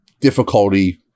difficulty